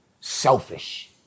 selfish